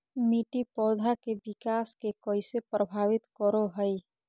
मिट्टी पौधा के विकास के कइसे प्रभावित करो हइ?